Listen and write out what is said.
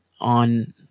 on